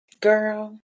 Girl